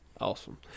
Awesome